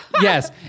Yes